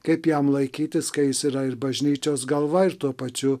kaip jam laikytis kai jis yra ir bažnyčios galva ir tuo pačiu